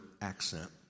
accent